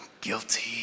guilty